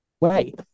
Wait